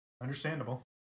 Understandable